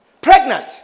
pregnant